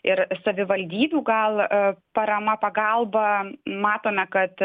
ir savivaldybių gal parama pagalba matome kad